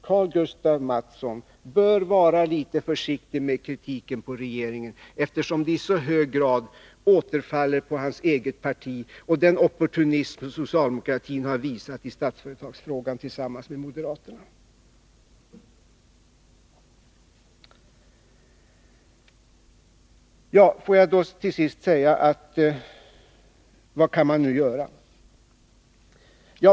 Karl-Gustaf Mathsson bör vara litet försiktig med kritiken mot regeringen eftersom den i så hög grad återfaller på hans eget parti och den opportunism som socialdemokraterna tillsammans med moderaterna visat i Statsföretagsfrågan. Vad kan man nu göra?